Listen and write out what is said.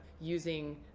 using